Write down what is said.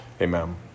Amen